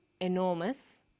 enormous